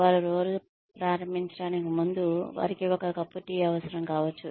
వారు రోజు ప్రారంభించడానికి ముందు వారికి ఒక కప్పు టీ అవసరం కావచ్చు